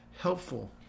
helpful